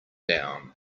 down